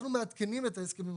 אנחנו מעדכנים את ההסכמים הקיבוציים.